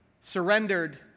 surrendered